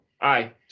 aye